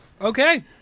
Okay